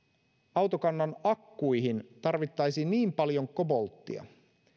autokannan akkuihin tarvittaisiin niin paljon kobolttia